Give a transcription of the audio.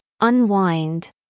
unwind